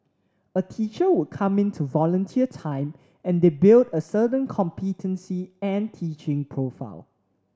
a teacher would come in to volunteer time and they build a certain competency and teaching profile